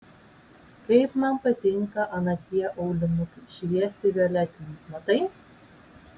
kaip man patinka ana tie aulinukai šviesiai violetiniai matai